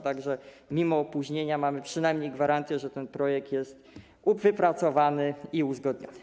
Tak że mimo opóźnienia mamy przynajmniej gwarancję, że ten projekt jest wypracowany i uzgodniony.